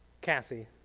Cassie